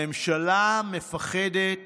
הממשלה מפחדת